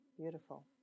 beautiful